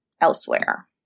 elsewhere